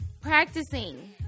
practicing